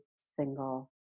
single